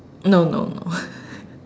no no no